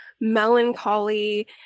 melancholy